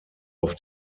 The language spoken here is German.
auf